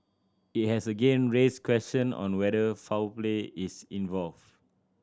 it has again raised question on whether foul play is involved